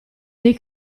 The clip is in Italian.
dei